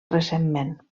recentment